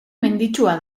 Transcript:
menditsua